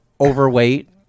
overweight